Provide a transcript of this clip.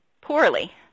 poorly